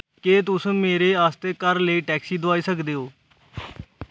केह् तुस मेरे आस्तै घर लेई टैक्सी दोआई सकदे ओ